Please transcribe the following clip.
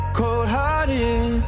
cold-hearted